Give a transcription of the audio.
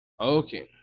Okay